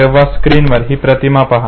तुमच्या स्क्रीनवर ही प्रतिमा पहा